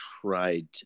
tried